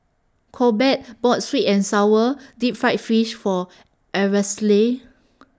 Corbett bought Sweet and Sour Deep Fried Fish For Aracely